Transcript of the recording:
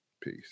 Peace